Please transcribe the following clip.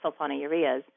sulfonylureas